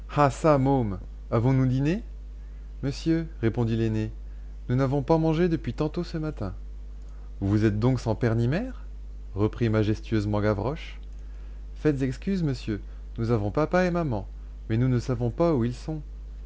avons-nous dîné monsieur répondit l'aîné nous n'avons pas mangé depuis tantôt ce matin vous êtes donc sans père ni mère reprit majestueusement gavroche faites excuse monsieur nous avons papa et maman mais nous ne savons pas où ils sont